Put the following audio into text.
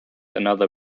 another